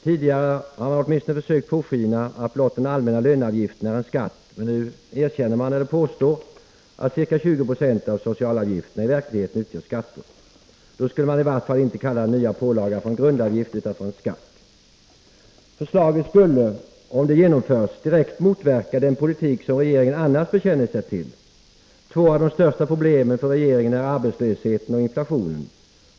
Tidigare har man åtminstone försökt påskina att blott den allmänna löneavgiften är en skatt, men nu erkänner man eller påstår att ca 20 96 av socialavgifterna i verkligheten utgör skatter. Då borde man i vart fall inte kalla den nya pålagan för en grundavgift utan för en skatt. Förslaget skulle, om det genomförs, direkt motverka den politik som regeringen annars bekänner sig till. Två av de största problemen för regeringen är arbetslösheten och inflationen.